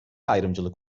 ayrımcılık